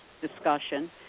discussion